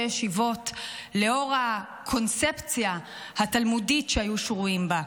ישיבות לאור הקונספציה התלמודית שהיו שרויים בה,